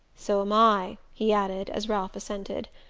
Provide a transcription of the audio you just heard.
so am i, he added, as ralph assented.